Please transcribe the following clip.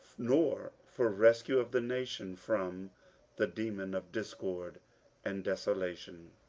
nor for rescue of the nation from the demon of discord and desolation.